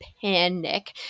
panic